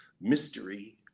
mystery